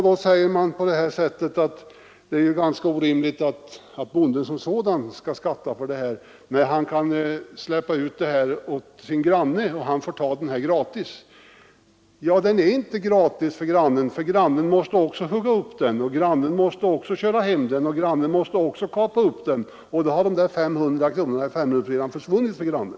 Då sägs det att det är ganska orimligt att bonden skall skatta för detta när han kan låta sin granne ta veden gratis. Ja, det är inte gratis för grannen, för han måste också hugga, köra hem veden och kapa den, och då har de där 500 kronorna när det gäller femrumsvillan försvunnit för grannen.